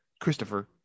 Christopher